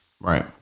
Right